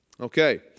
Okay